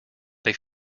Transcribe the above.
they